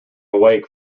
awake